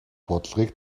бодлогыг